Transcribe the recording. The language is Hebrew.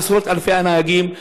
לעשרות אלפי נהגים.